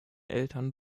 eltern